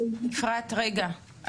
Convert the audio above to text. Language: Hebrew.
רגע,